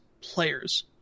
players